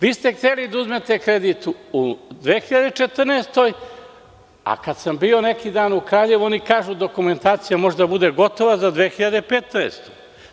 Vi ste hteli da uzmete kredit u 2014. godini, a kad sam bio neki dan u Kraljevu oni kažu – dokumentacija može da bude gotova do 2015. godine.